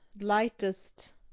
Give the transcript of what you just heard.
lightest